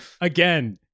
again